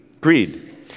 Greed